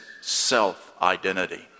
self-identity